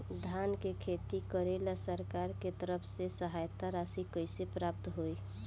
धान के खेती करेला सरकार के तरफ से सहायता राशि कइसे प्राप्त होइ?